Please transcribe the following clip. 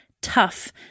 tough